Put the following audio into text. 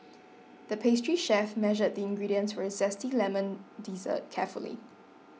the pastry chef measured the ingredients for a Zesty Lemon Dessert carefully